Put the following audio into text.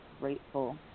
grateful